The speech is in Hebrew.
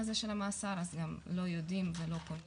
הזה של המאסר ואז לא יודעים ולא מקבלים